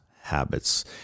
habits